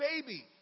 baby